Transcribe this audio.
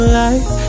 life